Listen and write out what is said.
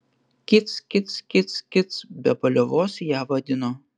kic kic kic kic be paliovos ją vadino